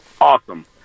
awesome